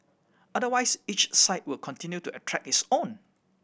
otherwise each site will continue to attract its own